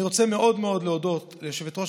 אני רוצה מאוד מאוד להודות ליושבת-ראש